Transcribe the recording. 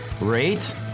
rate